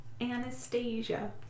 Anastasia